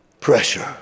Pressure